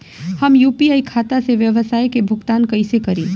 हम यू.पी.आई खाता से व्यावसाय के भुगतान कइसे करि?